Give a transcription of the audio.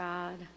God